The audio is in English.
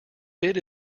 bit